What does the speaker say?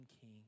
king